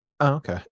Okay